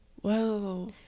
Whoa